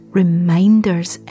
reminders